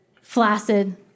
flaccid